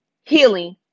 healing